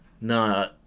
No